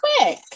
quick